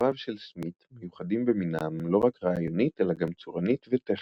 סיפוריו של סמית מיוחדים במינם לא רק רעיונית אלא גם צורנית וטכנית,